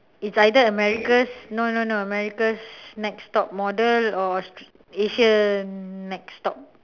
it's either america's no no no america's next top model or asian next top